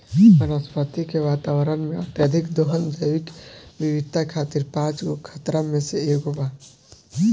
वनस्पति के वातावरण में, अत्यधिक दोहन जैविक विविधता खातिर पांच गो खतरा में से एगो बा